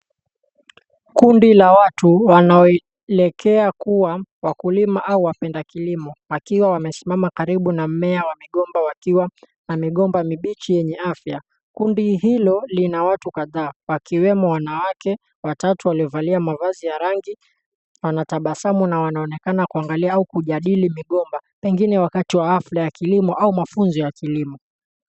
Kundi la watu wanaoelekea kuwa wakulima au wapenda kilimo wakiwa wamesimama karibu na mmea wa migomba wakiwa na migomba mibichi yenye afya. Kundi hilo lina watu kadhaa wakiwemo wanawake watatu waliovalia mavazi ya rangi wanatabasamu na wanaonekana kuangalia au kujadili migomba pengine wakati wa hafla ya kilimo au mafunzo ya kilimo.